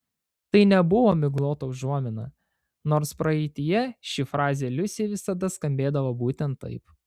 tai nebuvo miglota užuomina nors praeityje ši frazė liusei visada skambėdavo būtent taip